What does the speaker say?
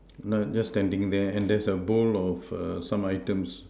err just standing there and there's a bowl of err some items